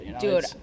Dude